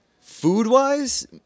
food-wise